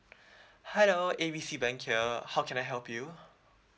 hello A B C bank here how can I help you